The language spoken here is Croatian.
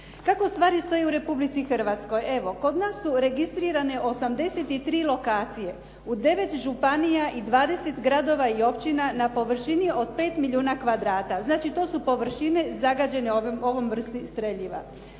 Kako stvari stoje u Republici Hrvatskoj? Evo kod nas su registrirane 83 lokacije. U 9 županija i 20 gradova i općina na površini od 5 milijuna kvadrata. Znači to su površine zagađene ovom vrstom streljiva.